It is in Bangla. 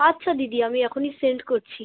আচ্ছা দিদি আমি এখনই সেন্ড করছি